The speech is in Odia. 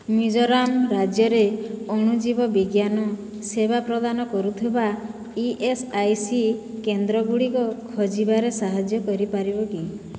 ମିଜୋରାମ୍ ରାଜ୍ୟରେ ଅଣୁଜୀବ ବିଜ୍ଞାନ ସେବା ପ୍ରଦାନ କରୁଥିବା ଇ ଏସ୍ ଆଇ ସି କେନ୍ଦ୍ରଗୁଡ଼ିକ ଖୋଜିବାରେ ସାହାଯ୍ୟ କରିପାରିବକି